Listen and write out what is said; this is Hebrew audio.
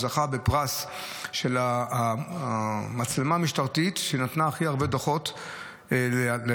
הוא זכה בפרס של המצלמה המשטרתית שנתנה הכי הרבה דוחות לאזרחים.